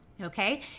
Okay